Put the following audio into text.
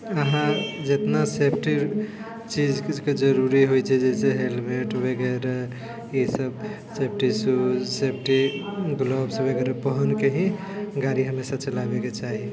अहाँ जितना सेफ्टी चीजके जरुरी होइ छै जइसे हेलमेट वगैरह इसभ सेफ्टी सूज सेफ्टी ग्लव्स वगैरह पहनके ही गाड़ी हमेशा चलाबैके चाही